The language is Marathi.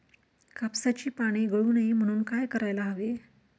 कापसाची पाने गळू नये म्हणून काय करायला हवे?